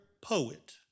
poet